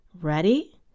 Ready